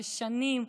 ששנים,